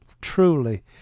truly